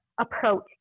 approach